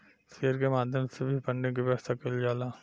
share के माध्यम से भी फंडिंग के व्यवस्था कईल जाला